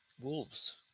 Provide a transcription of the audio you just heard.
Wolves